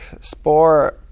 spore